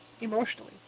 emotionally